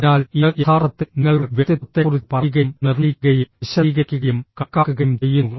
അതിനാൽ ഇത് യഥാർത്ഥത്തിൽ നിങ്ങളുടെ വ്യക്തിത്വത്തെക്കുറിച്ച് പറയുകയും നിർണ്ണയിക്കുകയും വിശദീകരിക്കുകയും കണക്കാക്കുകയും ചെയ്യുന്നു